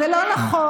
זה לא נכון.